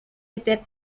était